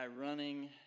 running